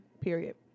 Period